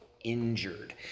injured